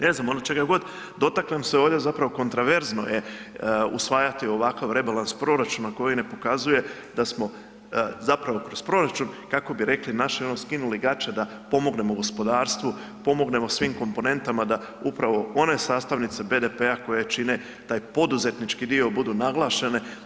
Ne znam, ono, čega god dotaknem se ovdje zapravo kontroverzno je usvajati ovakav rebalans proračuna koji ne pokazuje da smo zapravo kroz proračun, kako bi rekli naše ono skinuli gače da pomognemo gospodarstvu, pomognemo svim komponentama da upravo one sastavnice BDP-a koje čine daj poduzetnički dio budu naglašene.